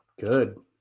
good